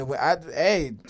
Hey